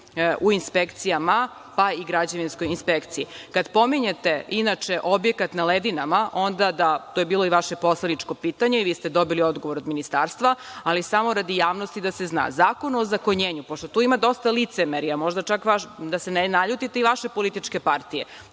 u inspekcijama, pa i građevinskoj inspekciji. Kada pominjete, inače, objekat na Ledinama, onda da, to je bilo i vaše poslaničko pitanje i vi ste dobili odgovor od Ministarstva, ali samo radi javnosti da se zna, Zakon o ozakonjenju, pošto tu ima dosta licemerja, možda čak, da se ne naljutite, i vaše političke partije,